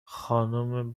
خانم